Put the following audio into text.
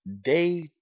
day